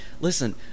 Listen